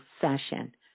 session